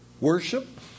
Worship